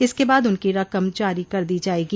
इसके बाद उनकी रकम जारी कर दी जायेगी